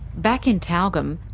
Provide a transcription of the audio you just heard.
back in tyalgum,